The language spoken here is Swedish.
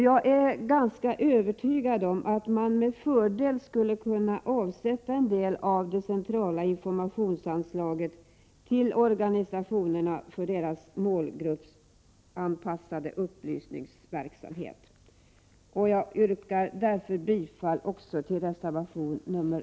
Jag är ganska övertygad om att en del av det centrala informationsanslaget med fördel skulle kunna avsättas till organisationerna Prot. 1988/89:105 för deras målgruppsanpassade upplysningsverksamhet. 27 april 1989 Jag yrkar därför bifall till reservation nr 6.